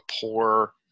poor